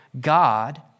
God